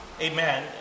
Amen